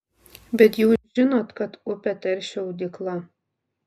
bet jūs žinot kad upę teršia audykla